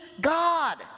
God